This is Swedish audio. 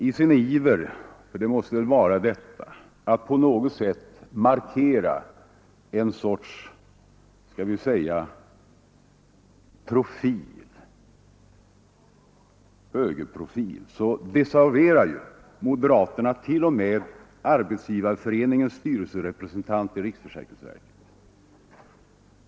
I sin iver — för det måste väl vara orsaken — att på något sätt markera en sorts högerprofil desavuerar ju moderaterna t.o.m. Arbetsgivareföreningens styrelserepresentant i riksförsäkringsverket.